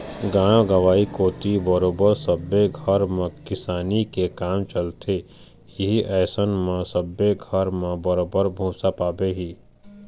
गाँव गंवई कोती बरोबर सब्बे घर म किसानी के काम चलथे ही अइसन म सब्बे घर म बरोबर भुसा पाबे ही